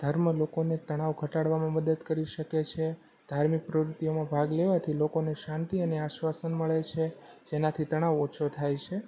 ધર્મ લોકોને તણાવ ઘટાડવામાં મદદ કરી શકે છે ધાર્મિક પ્રવૃત્તિઓમાં ભાગ લેવાથી લોકોને શાંતિ અને આશ્વાસન મળે છે જેનાથી તણાવ ઓછો થાય છે